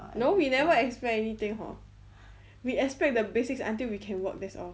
no we never expect anything hor we expect the basics until we can work that's all